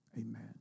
amen